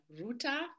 Ruta